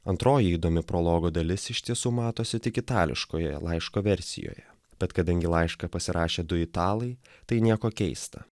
antroji įdomi prologo dalis iš tiesų matosi tik itališkojoje laiško versijoje bet kadangi laišką pasirašė du italai tai nieko keista